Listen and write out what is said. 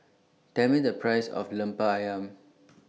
Tell Me The Price of Lemper Ayam